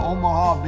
Omaha